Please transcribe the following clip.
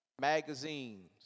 Magazines